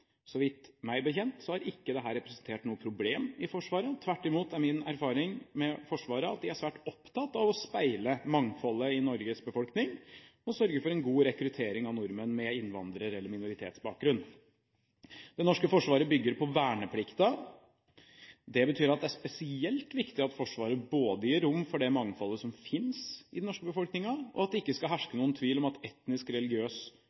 Så vidt meg bekjent har ikke dette representert noe problem i Forsvaret, tvert imot er min erfaring med Forsvaret at de er svært opptatt av å speile mangfoldet i Norges befolkning og sørge for en god rekruttering av nordmenn med innvandrer- eller minoritetsbakgrunn. Det norske forsvaret bygger på verneplikten. Det betyr at det er spesielt viktig at Forsvaret både gir rom for det mangfoldet som finnes i den norske befolkningen, og at det ikke skal herske noen tvil om at etnisk religiøs